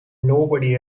nobody